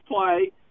play